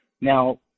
Now